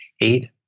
eight